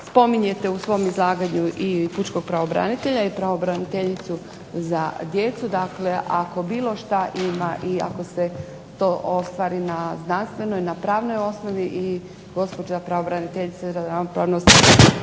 Spominjete u svom izlaganju i pučkog pravobranitelja i pravobraniteljicu za djecu, dakle ako bilo šta ima i ako se to ostvari na znanstvenoj, na pravnoj osnovi i gospođa pravobraniteljica .../Govornica